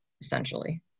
essentially